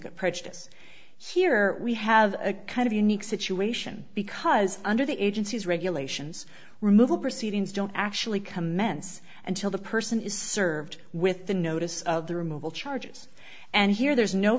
at prejudice here we have a kind of unique situation because under the agency's regulations removal proceedings don't actually commence until the person is served with the notice of the removal charges and here there's no